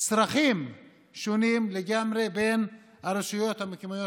צרכים שונים לגמרי ברשויות המקומיות